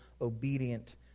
obedient